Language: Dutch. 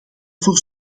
voor